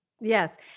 Yes